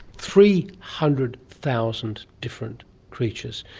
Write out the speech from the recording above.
three hundred thousand different creatures,